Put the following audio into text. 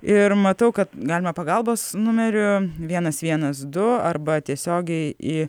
ir matau kad galima pagalbos numeriu vienas vienas du arba tiesiogiai į